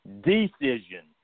Decision